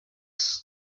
sax